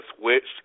switched